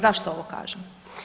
Zašto ovo kažem?